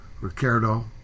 Ricardo